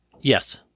Yes